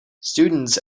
students